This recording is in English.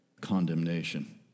condemnation